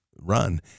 run